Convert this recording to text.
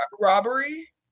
robbery